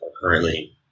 currently